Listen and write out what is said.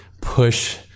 push